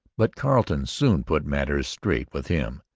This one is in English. but carleton soon put matters straight with him.